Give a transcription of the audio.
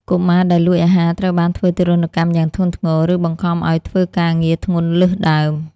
កុមារដែលលួចអាហារត្រូវបានធ្វើទារុណកម្មយ៉ាងធ្ងន់ធ្ងរ ឬបង្ខំឱ្យធ្វើការងារធ្ងន់លើសដើម។